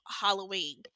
Halloween